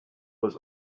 was